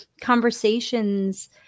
conversations